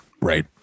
Right